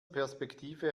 perspektive